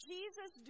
Jesus